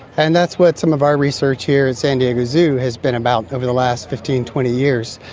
and that's what some of our research here at san diego zoo has been about over the last fifteen, twenty years.